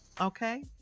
Okay